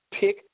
pick